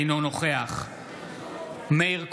אינו נוכח מאיר כהן,